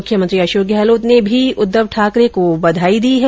मुख्यमंत्री अशोक गहलोत ने भी उद्धव ठाकरे को बधाई दी है